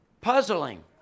Puzzling